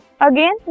Again